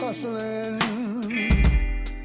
Hustling